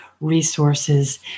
resources